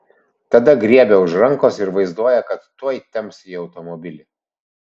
tada griebia už rankos ir vaizduoja kad tuoj temps į automobilį